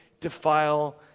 defile